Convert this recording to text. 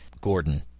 Gordon